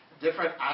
different